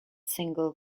single